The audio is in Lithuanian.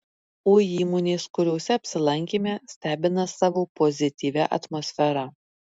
o įmonės kuriose apsilankėme stebina savo pozityvia atmosfera